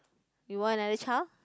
you want another child